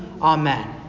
Amen